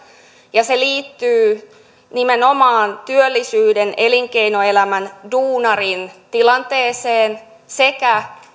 ja se liittyy nimenomaan työllisyyden elinkeinoelämän duunarin tilanteeseen sekä